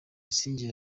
busingye